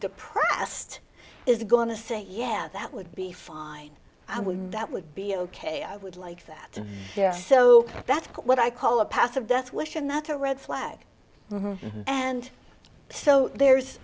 depressed is going to say yeah that would be fine i would that would be ok i would like that so that's what i call a passive death wish and that's a red flag and so there's